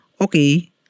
okay